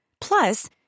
Plus